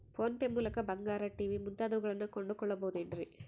Phone pay ಮೂಲಕ ಬಂಗಾರ, TV ಮುಂತಾದವುಗಳನ್ನ ಕೊಂಡು ಕೊಳ್ಳಬಹುದೇನ್ರಿ?